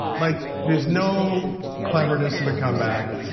like there's no cleverness of the comeback.